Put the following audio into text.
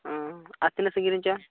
ᱚ ᱟᱨ ᱛᱤᱱᱟᱹᱜ ᱥᱟᱺᱜᱤᱧ ᱨᱮᱱ ᱪᱚ